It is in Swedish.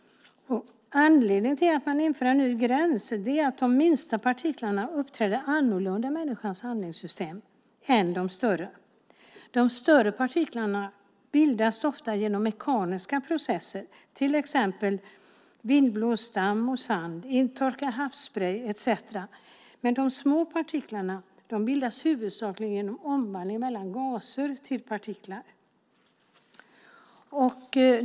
Anledningen till att man inför en ny gräns är att de minsta partiklarna uppträder annorlunda i människans andningssystem än de större. De större partiklarna bildas ofta genom mekaniska processer, till exempel som vindblåst damm och sand, intorkad havssprej etcetera, men de små partiklarna bildas huvudsakligen vid omvandling från gaser till partiklar.